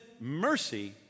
Mercy